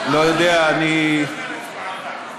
לא יודע, אני באמת